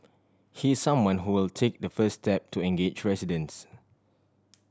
he is someone who will take the first step to engage residents